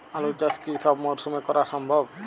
আলু চাষ কি সব মরশুমে করা সম্ভব?